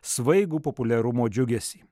svaigų populiarumo džiugesį